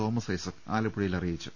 Thomas Isaac ആലപ്പുഴയിൽ അറിയിച്ചു